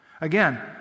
Again